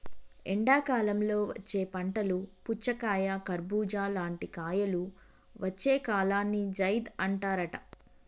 ఎండాకాలంలో వచ్చే పంటలు పుచ్చకాయ కర్బుజా లాంటి కాయలు వచ్చే కాలాన్ని జైద్ అంటారట